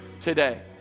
today